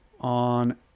on